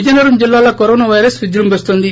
విజయనగరం జిల్లాలో corona virus విజృంభిస్తోంది